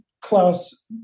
Klaus